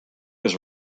his